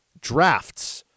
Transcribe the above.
drafts